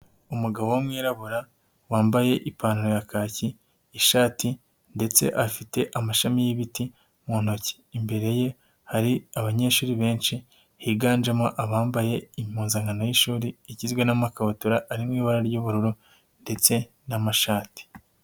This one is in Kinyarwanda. Umugabo w'umwirabura wambaye ipantaro ya kaki, ishati ndetse afite amashami y'ibiti mu ntoki. Imbere ye hari abanyeshuri benshi higanjemo abambaye impuzankano y'ishuri igizwe n'amakabutura ari mu ibara ry'ubururu ndetse n'amashati.